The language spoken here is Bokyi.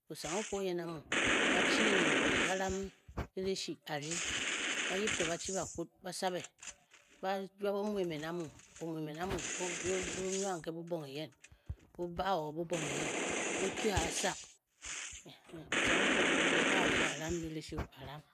Osang okwu oyen amuz. ba chi Ba ram ereshi a rdi. ba yip to bachi bakwud ba sabe. ba juap amu emen a mu. omu emen o o nwang ke bubong eyen. o baa o bubong eyen. o kye oasa enhe osang okwu o–jie. a a fu a ram ereshi o. a ram